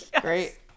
Great